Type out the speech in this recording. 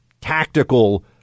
tactical